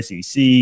SEC